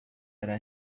era